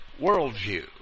worldview